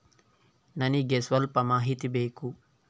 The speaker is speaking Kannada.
ನನಿಗೆ ಸ್ವಲ್ಪ ಮಾಹಿತಿ ಬೇಕು